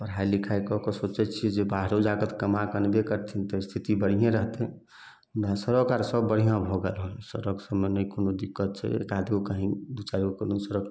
पढ़ाइ लिखाइ कऽ के सोचैत छियै जे बाहरो जाके कमाके अनबे करथिन तऽ स्थिति बढ़िए रहतै सड़क आर सब बढ़िआँ भऽ गेल हँ सड़क सबमे नहि कोनो दिक्कत छै एकाध गो कही दू चारि गो कोनो सड़क